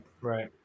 right